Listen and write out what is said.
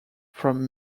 from